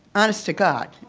honest to god.